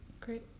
Great